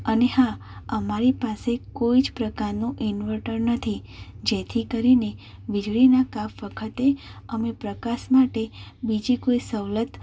અને હા અમારી પાસે કોઈ જ પ્રકારનો ઇન્વર્ટર નથી જેથી કરીને વીજળીના કાપ વખતે અમે પ્રકાશ માટે બીજી કોઈ સવલત